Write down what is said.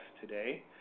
today